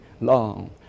long